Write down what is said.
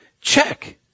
Check